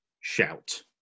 shout